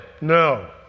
No